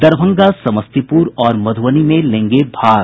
दरभंगा समस्तीपुर और मधुबनी में लेंगे भाग